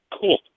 Cool